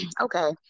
okay